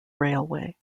railway